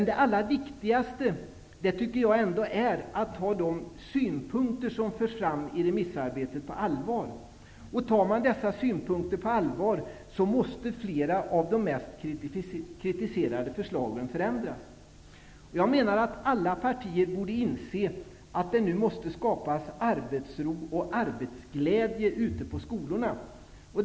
Det allra viktigaste, tycker jag, är att ta de synpunkter som förs fram i remissarbetet på allvar. Tar man dem på allvar, måste flera av de mest kritiserade förslagen förändras. Alla partier borde inse att det nu måste skapas arbetsro och arbetsglädje ute på skolorna.